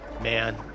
man